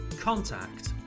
contact